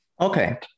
Okay